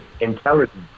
intelligence